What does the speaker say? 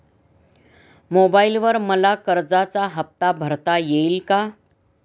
मोबाइलवर मला कर्जाचा हफ्ता भरता येईल का?